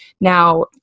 Now